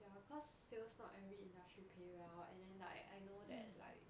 ya cause sales not every industry pay well and then like I know that like